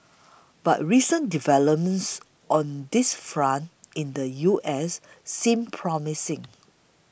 but recent developments on this front in the U S seem promising